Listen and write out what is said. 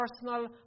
personal